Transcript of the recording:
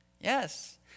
Yes